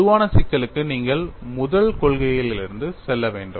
பொதுவான சிக்கலுக்கு நீங்கள் முதல் கொள்கைகளிலிருந்து செல்ல வேண்டும்